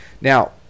Now